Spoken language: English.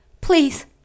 Please